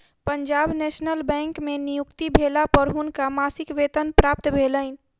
Punjab National Bank में नियुक्ति भेला पर हुनका मासिक वेतन प्राप्त भेलैन